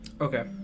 Okay